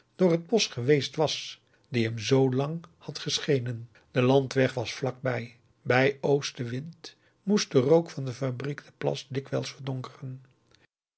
door het bosch geweest was die hem zoo lang had geschenen de landweg was vlakbij bij oostewind moest de rook van de fabriek den plas dikwijls verdonkeren